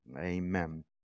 Amen